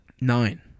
Nine